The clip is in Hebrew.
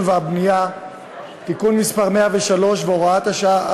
והבנייה (תיקון מס' 103 והוראת שעה),